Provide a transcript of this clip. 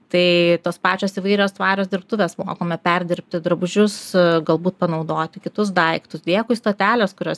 tai tos pačios įvairios tvarios dirbtuves mokome perdirbti drabužius galbūt panaudoti kitus daiktus dėkui stotelės kurios